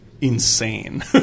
Insane